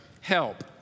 help